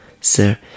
sir